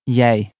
jij